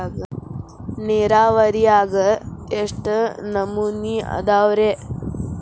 ನೇರಾವರಿಯಾಗ ಎಷ್ಟ ನಮೂನಿ ಅದಾವ್ರೇ?